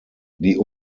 die